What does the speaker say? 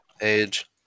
age